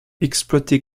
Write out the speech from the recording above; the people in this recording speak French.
exploité